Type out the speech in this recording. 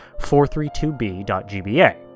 432B.GBA